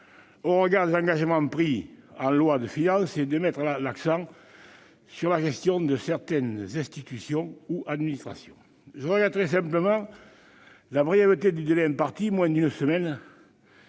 au regard des engagements pris en lois de finances et de mettre l'accent sur la gestion de certaines institutions ou administrations. Je regrette simplement la brièveté du délai imparti- moins d'une semaine